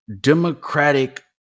democratic